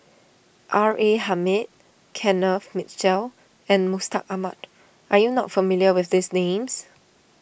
R A Hamid Kenneth Mitchell and Mustaq Ahmad are you not familiar with these names